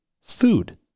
food